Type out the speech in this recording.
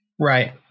Right